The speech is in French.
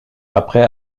après